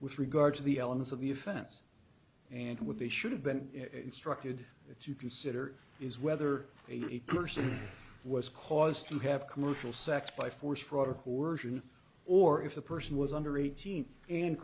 with regard to the elements of the offense and what they should have been instructed to consider is whether a person was caused to have commercial sex by force fraud or coercion or if the person was under eighteen and